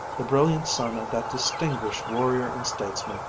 the brilliant son of that distinguished warrior and statesman,